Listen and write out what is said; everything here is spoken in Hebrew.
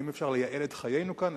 האם אפשר לייעל את חיינו כאן,